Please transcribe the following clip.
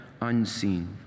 unseen